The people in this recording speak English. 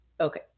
Okay